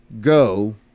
go